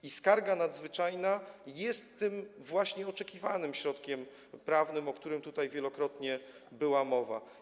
I skarga nadzwyczajna jest tym właśnie oczekiwanym środkiem prawnym, o którym tutaj wielokrotnie była mowa.